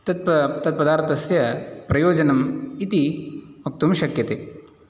तत् तत्पदार्थस्य प्रयोजनम् इति वक्तुं शक्यते